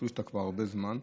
אפילו שאתה כבר הרבה זמן.